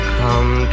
come